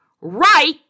right